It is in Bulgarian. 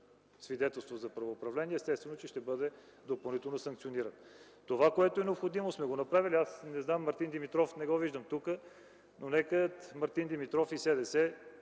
свидетелство за правоуправление, естествено, че ще бъде допълнително санкциониран. Това, което е необходимо, сме го направили. Аз не виждам тук Мартин Димитров, но нека Мартин Димитров и СДС